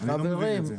אני לא מבין את זה.